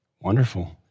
Wonderful